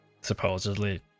supposedly